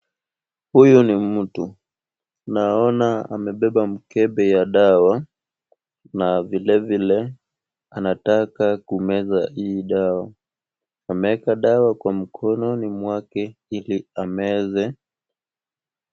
Huyu ni mtu. Naona amebeba mkebe ya dawa na vilevile anataka kumeza hii dawa. Ameeka dawa kwa mkononi mwake ili ameze.